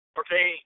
okay